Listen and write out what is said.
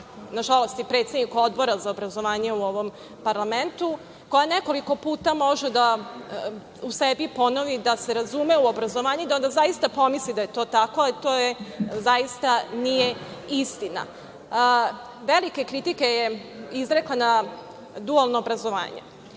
nažalost, i predsednik Odbora za obrazovanje u ovom parlamentu, koja nekoliko puta može da u sebi ponovi da se razume u obrazovanje i da onda zaista pomisli da je to tako, ali to zaista nije istina. Velike kritike je izrekla na dualno obrazovanje.